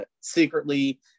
secretly